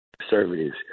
conservatives